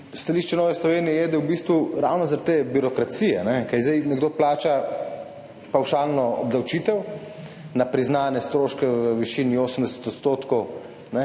Stališče Nove Slovenije je, da v bistvu ravno zaradi te birokracije, ker zdaj nekdo plača pavšalno obdavčitev na priznane stroške v višini 80 %,